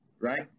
right